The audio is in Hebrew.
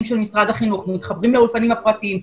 של משרד החינוך ומתחברים לאולפנים הפרטיים,